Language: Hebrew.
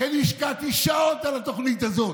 כי אני השקעתי שעות בתוכנית הזאת,